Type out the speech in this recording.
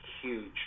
huge